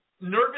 nervous